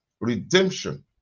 redemption